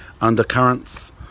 undercurrents